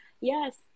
yes